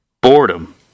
Boredom